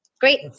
great